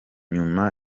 nyuma